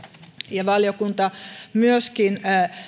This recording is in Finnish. valiokunta myöskin